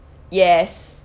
yes